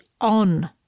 on